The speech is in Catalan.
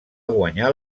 guanyar